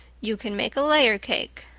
you can make a layer cake,